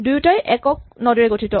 দুয়োটাই একক নড ৰে গঠিত